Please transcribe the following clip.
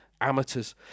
amateurs